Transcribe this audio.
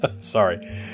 Sorry